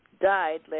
died